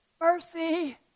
Mercy